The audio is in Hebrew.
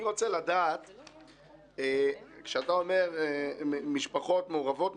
מבקש לדעת אם כשאתה אומר משפחות מעורבות,